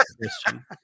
Christian